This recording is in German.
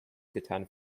getan